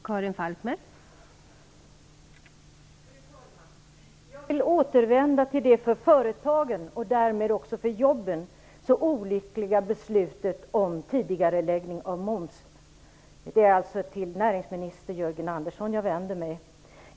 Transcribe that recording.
Fru talman! Jag vill återvända till det för företagen, och därmed också för jobben, så olyckliga beslutet om tidigareläggning av momsinbetalningarna. Jag vänder mig alltså till näringsminister Jörgen Andersson.